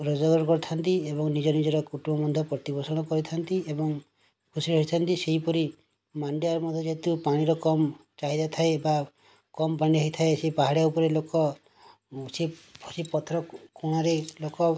ରୋଜଗାର କରିଥାନ୍ତି ଏବଂ ନିଜ ନିଜର କୁଟୁମ୍ବ ମଧ୍ୟ ପ୍ରତିପୋଷଣ କରିଥାଆନ୍ତି ଏବଂ ଖୁସିରେ ରହିଥାନ୍ତି ସେହିପରି ମାଣ୍ଡିଆ ମଧ୍ୟ ଯେହେତୁ ପାଣିର କମ୍ ଚାହିଦା ଥାଏ ବା କମ୍ ପାଣି ହେଇଥାଏ ସେହି ପାହାଡ଼ିଆ ଉପରେ ଲୋକ ସେହି ପଥର କୋଣରେ ଲୋକ